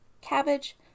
cabbage